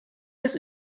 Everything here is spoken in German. das